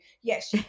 Yes